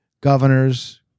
governors